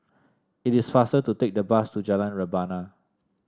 it is faster to take the bus to Jalan Rebana